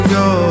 go